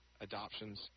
adoptions